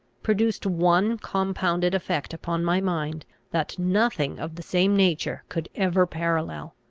produced one compounded effect upon my mind that nothing of the same nature could ever parallel.